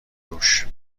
روش